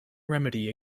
remedy